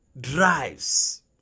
drives